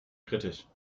kritisch